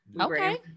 Okay